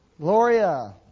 Gloria